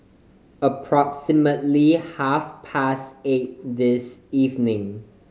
approximately half past eight this evening